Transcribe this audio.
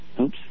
Oops